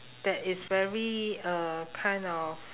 that is very uh kind of